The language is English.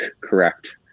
correct